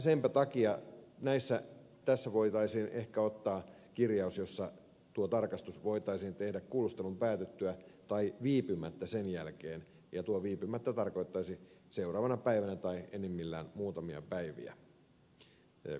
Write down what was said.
senpä takia tässä voitaisiin ehkä ottaa kirjaus jossa tuo tarkastus voitaisiin tehdä kuulustelun päätyttyä tai viipymättä sen jälkeen ja tuo viipymättä tarkoittaisi seuraavana päivänä tai enimmillään muutamia päiviä kuulustelun jälkeen